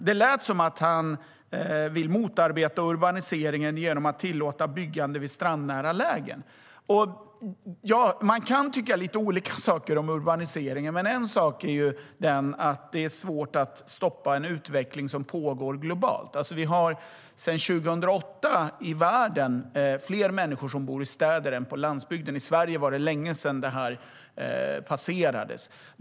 Det lät som att han vill motarbeta urbaniseringen genom att tillåta byggande vid strandnära lägen. Man kan tycka lite olika saker om urbaniseringen, men en sak är att det är svårt att stoppa en utveckling som pågår globalt. Sedan 2008 är det fler människor i världen som bor i städer än som bor på landsbygden. I Sverige var det länge sedan det passerades.